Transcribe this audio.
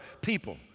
people